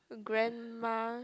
grandma